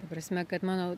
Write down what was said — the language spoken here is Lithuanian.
ta prasme kad mano